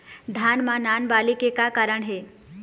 धान म नान बाली के का कारण हे?